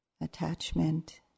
attachment